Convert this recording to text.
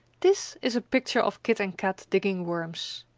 this is a picture of kit and kat digging worms.